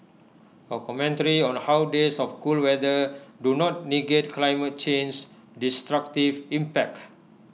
A commentary on how days of cool weather do not negate climate change's destructive impact